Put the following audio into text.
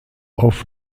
auf